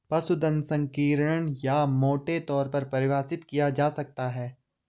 पशुधन संकीर्ण या मोटे तौर पर परिभाषित किया जा सकता है